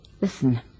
Listen